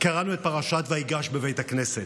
קראנו את פרשת ויגש בבית הכנסת.